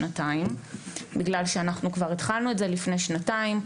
כי אנחנו התחלנו את זה כבר לפני שנתיים.